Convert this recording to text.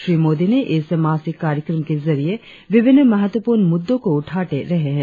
श्री मोदी ने इस मासिक कार्यक्रम के जरिए विभिन्न महत्वपूर्ण मुद्दों को उठाते रहे है